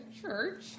church